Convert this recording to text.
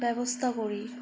ব্যবস্থা করি